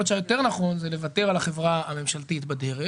יכול להיות שנכון יותר לוותר על החברה הממשלתית בדרך